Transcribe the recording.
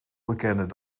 bekennen